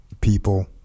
people